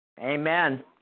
Amen